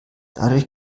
dadurch